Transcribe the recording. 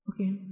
Okay